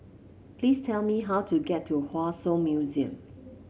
please tell me how to get to Hua Song Museum